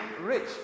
rich